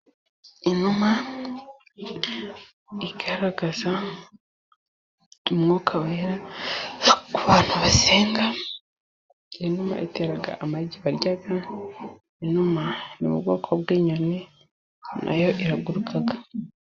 Inuma igaragaza umwuka wera ku bantu basenga. Inuma itera amagi barya, inuma ni ubwoko bw'inyoni na yo iraguruka.